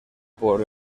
por